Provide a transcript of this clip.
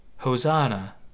Hosanna